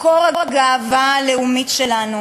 מקור הגאווה הלאומית שלנו,